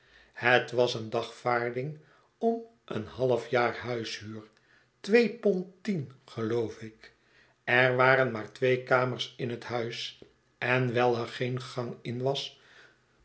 het was een dagvaarding om een halfjaar huishuur twee pond tien geloof ik er waren maar twee kamers in het huis en wijl er geen gang in was